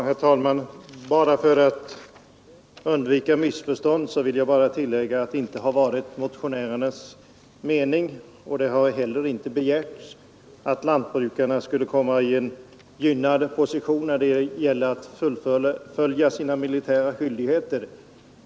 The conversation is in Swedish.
Herr talman! Bara för att undvika missförstånd vill jag tillägga att det inte varit motionärernas mening och inte heller begärts, att lantbrukarna skulle komma i en gynnad position när det gäller att fullgöra sina militära skyldigheter.